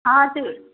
हजुर